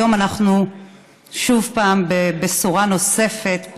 היום אנחנו שוב פעם בבשורה נוספת,